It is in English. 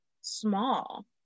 small